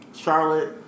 Charlotte